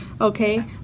okay